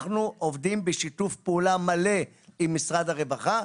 אנחנו עובדים בשיתוף פעולה מלא עם משרד הרווחה,